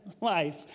life